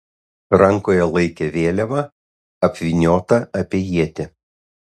rankoje laikė vėliavą apvyniotą apie ietį